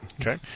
okay